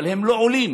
אבל הם לא עולים,